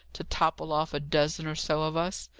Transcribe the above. to topple off a dozen or so of us!